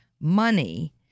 money